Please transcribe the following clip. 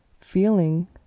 Feeling